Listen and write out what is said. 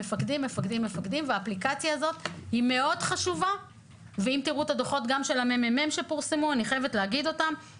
האפליקציה מאוד חשובה וכדאי שתראו גם את הדוחות המ.מ.מ.